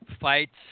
fights